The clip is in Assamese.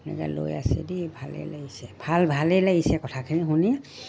এনেকে লৈ আছে দ ভালেই লাগিছে ভাল ভালেই লাগিছে কথাখিনি শুনি